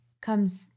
comes